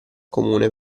comune